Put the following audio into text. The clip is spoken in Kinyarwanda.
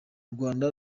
rwanda